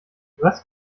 was